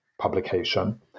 publication